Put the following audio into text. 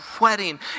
wedding